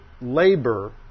labor